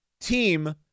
team